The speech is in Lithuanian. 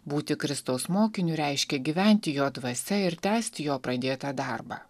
būti kristaus mokiniu reiškia gyventi jo dvasia ir tęsti jo pradėtą darbą